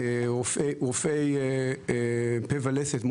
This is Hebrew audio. רופאי פה ולסת,